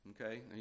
okay